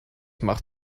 macht